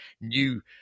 new